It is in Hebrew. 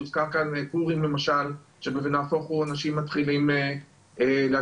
הוזכר כאן פורים שנהפוך הוא שאנשים מתחילים לעשן.